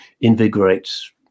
invigorates